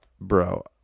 Bro